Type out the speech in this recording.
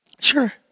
Sure